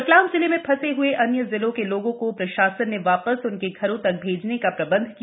रतलाम जिले में फंसे हए अन्य जिलों के लोगों को प्रशासन ने वापस उनके घरों तक भेजने का प्रबंध किया